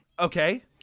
Okay